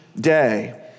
day